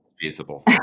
feasible